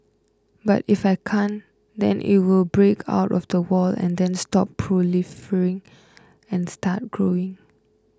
but if I can't then it will break out of the wall and then stop proliferating and start growing